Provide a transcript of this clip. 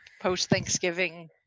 post-Thanksgiving